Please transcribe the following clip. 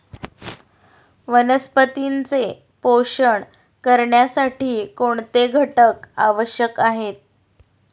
वनस्पतींचे पोषण करण्यासाठी कोणते घटक आवश्यक आहेत?